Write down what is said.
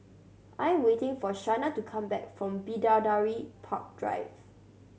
I'm waiting for Shana to come back from Bidadari Park Drive